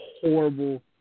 horrible –